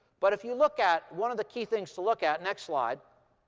but if you look at one of the key things to look at next slide,